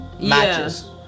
matches